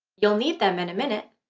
you'll need them in a minute!